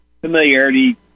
familiarity